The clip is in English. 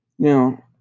Now